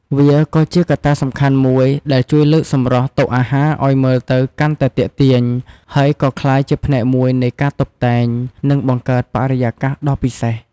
វាក៏ជាកត្តាសំខាន់មួយដែលជួយលើកសម្រស់តុអាហារឲ្យមើលទៅកាន់តែទាក់ទាញ ហើយក៏ក្លាយជាផ្នែកមួយនៃការតុបតែង និងបង្កើតបរិយាកាសដ៏ពិសេស។